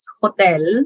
hotel